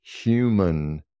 human